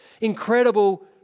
Incredible